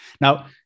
Now